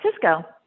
Francisco